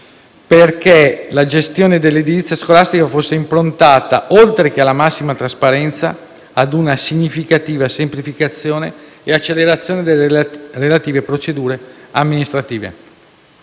perché la gestione dell'edilizia scolastica fosse improntata, oltre che alla massima trasparenza, ad una significativa semplificazione e accelerazione delle relative procedure amministrative.